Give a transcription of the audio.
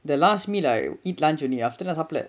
the last meal I eat lunch only after that நா சாப்புடல:naa saapudalae